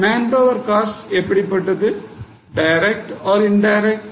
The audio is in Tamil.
மேன்பவர் காஸ்ட் எப்படிப்பட்டது டைரக்ட் ஆர் இன்டைரக்ட்